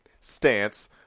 stance